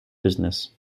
business